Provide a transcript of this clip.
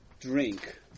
drink